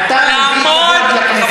אורן חזן, אתה מביא כבוד לכנסת.